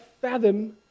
fathom